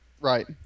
Right